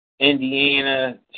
Indiana